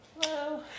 Hello